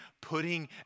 putting